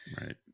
right